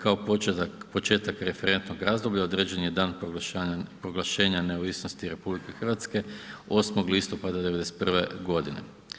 Kao početak referentnog razdoblja, određen je dan proglašenja neovisnosti RH 8. listopada '91. godine.